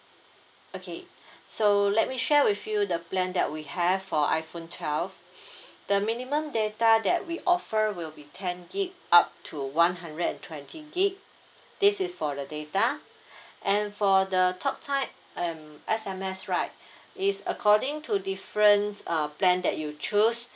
okay so let me share with you the plan that we have for iPhone twelve the minimum data that we offer will be ten gig up to one hundred and twenty gig this is for the data and for the talk time and S_M_S right is according to difference uh plan that you choose